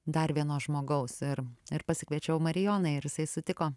dar vieno žmogaus ir pasikviečiau marijoną ir jisai sutiko